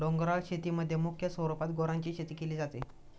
डोंगराळ शेतीमध्ये मुख्य स्वरूपात गुरांची शेती केली जाते